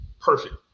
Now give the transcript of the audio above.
Perfect